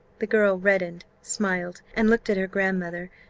the girl reddened, smiled, and looked at her grand-mother,